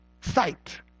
sight